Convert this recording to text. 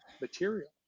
material